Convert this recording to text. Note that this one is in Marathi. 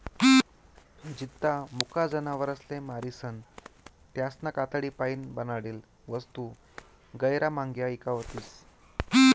जित्ता मुका जनावरसले मारीसन त्यासना कातडीपाईन बनाडेल वस्तू गैयरा म्हांग्या ईकावतीस